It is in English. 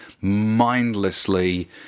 mindlessly